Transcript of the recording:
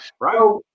right